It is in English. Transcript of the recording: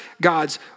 God's